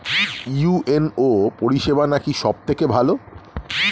UNO পরিসেবা নাকি সব থেকে ভালো?